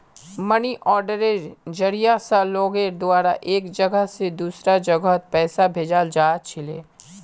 money आर्डरेर जरिया स लोगेर द्वारा एक जगह स दूसरा जगहत पैसा भेजाल जा छिले